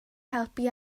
helpu